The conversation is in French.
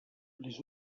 les